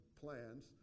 plans